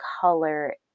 color